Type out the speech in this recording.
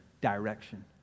direction